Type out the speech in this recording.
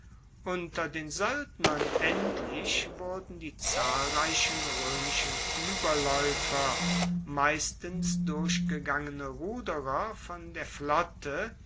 unter den soeldnern endlich wurden die zahlreichen roemischen ueberlaeufer meistens durchgegangene ruderer von der flotte